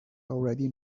already